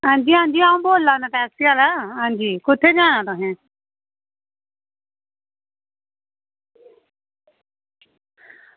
आं जी आं जी अं'ऊ बोल्ला ना टैक्सी आह्ला ते कुत्थें जाना तुसें